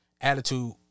attitude